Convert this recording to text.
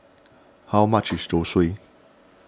how much is Zosui